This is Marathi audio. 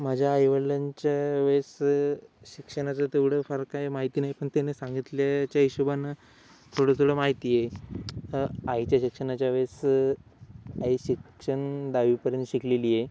माझ्या आई वडिलांच्या वेळेस शिक्षणाच तेवढं फार काही माहिती नाही पन त्याने सांगितल्याच्या हिशोबाने थोडं थोडं माहिती आहे आईच्या शिक्षणाच्या वेळेस आई शिक्षण दहावीपर्यंत शिकलेली आहे